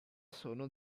sono